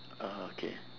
uh okay